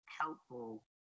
helpful